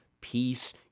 peace